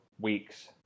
weeks